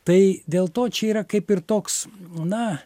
tai dėl to čia yra kaip ir toks na